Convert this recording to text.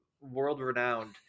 world-renowned